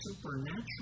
supernatural